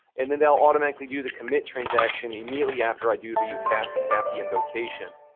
and then that'll automatically do the commit transaction immediately after i do the bapi bapi invocation.